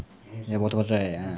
a water bottle right